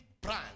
brand